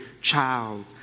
child